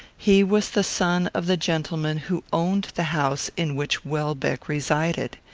he was the son of the gentleman who owned the house in which welbeck resided.